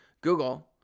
Google